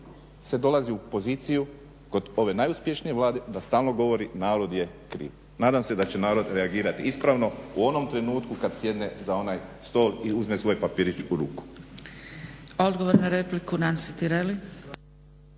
se dolazi u poziciju kod ove najuspješnije Vlade da stalno govori narod je kriv. Nadam se da će narod reagirati ispravno, u onom trenutku kad sjedne za onaj stol i uzme svoj papirić u ruku.